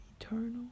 eternal